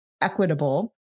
equitable